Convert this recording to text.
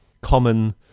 common